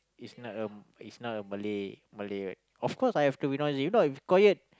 it's not a it's not a Malay Malay right of course I have to be noisy if not if quiet